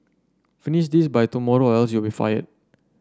finish this by tomorrow or else you'll be fire